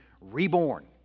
reborn